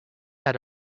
had